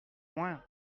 moins